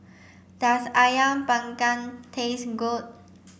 does Ayam panggang taste good